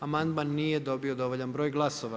Amandman nije dobio dovoljan broj glasova.